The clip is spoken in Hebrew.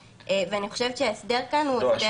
ואני חושבת שהסדר כאן הוא הסדר --- לא.